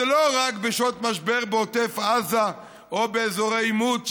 זה לא רק בשעות משבר בעוטף עזה או באזורי עימות,